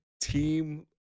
team